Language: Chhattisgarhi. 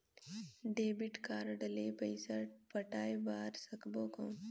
डेबिट कारड ले पइसा पटाय बार सकबो कौन?